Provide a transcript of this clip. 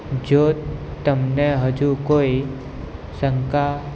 જો તમને હજુ કોઈ શંકા